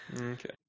Okay